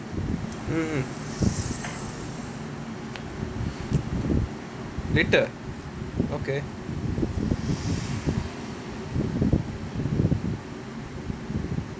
mm mm later okay